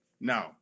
No